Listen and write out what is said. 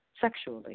sexually